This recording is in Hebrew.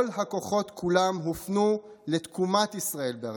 כל הכוחות כולם הופנו לתקומת ישראל בארצו.